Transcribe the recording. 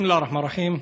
בסם אללה א-רחמאן א-רחים.